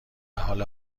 حال